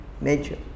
nature